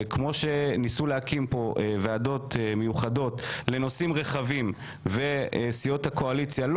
כמו שניסו להקים פה ועדות מיוחדות לנושאים רחבים וסיעות הקואליציה לא